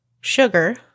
Sugar